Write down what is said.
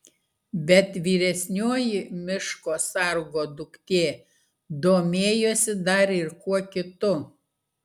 bet vyresnioji miško sargo duktė domėjosi dar ir kuo kitu